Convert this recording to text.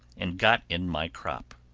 and got in my crop.